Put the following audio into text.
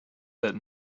but